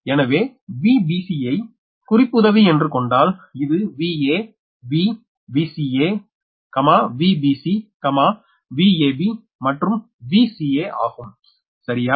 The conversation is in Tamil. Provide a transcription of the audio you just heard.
எனவே Vbc ஐ குறிப்புதவி என்று கொண்டால் இது Va V VcaVbcVab மற்றும் Vca ஆகும் சரியா